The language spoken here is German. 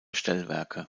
stellwerke